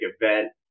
event